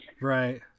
Right